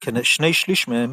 כשני שלישים מהם ישראלים.